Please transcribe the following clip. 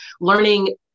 learning